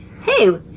hey